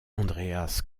andreas